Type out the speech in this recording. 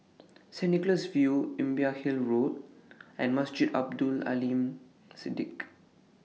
Saint Nicholas View Imbiah Hill Road and Masjid Abdul Aleem Siddique